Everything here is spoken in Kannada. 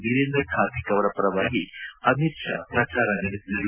ವೀರೇಂದ್ರ ಖಾತಿಕ್ ಅವರ ಪರವಾಗಿ ಅಮಿತ್ ಶಾ ಪ್ರಚಾರ ನಡೆಸಿದರು